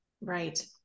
Right